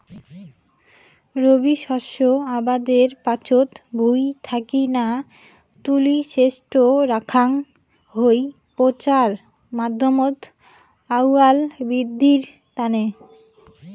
রবি শস্য আবাদের পাচত ভুঁই থাকি না তুলি সেজটো রাখাং হই পচার মাধ্যমত আউয়াল বিদ্ধির তানে